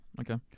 okay